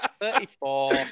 Thirty-four